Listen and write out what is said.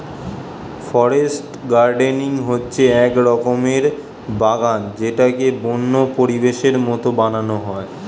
forest gardening হচ্ছে এক রকমের বাগান যেটাকে বন্য পরিবেশের মতো বানানো হয়